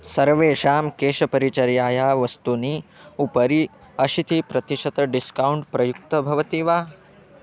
सर्वेषां केशपरिचर्यायाः वस्तूनि उपरि अशीतिप्रतिशतं डिस्कौण्ट् प्रयुक्तं भवति वा